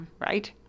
Right